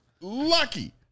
Lucky